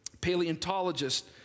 paleontologist